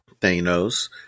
Thanos